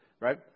Right